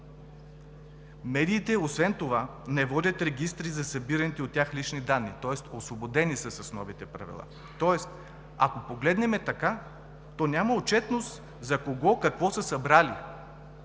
Медиите освен това не водят регистри за събираните от тях лични данни, тоест освободени са с новите правила. Тоест ако погледнем така, то няма отчетност за кого какво са събрали